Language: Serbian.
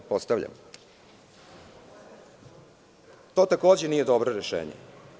To takođe nije dobro rešenje.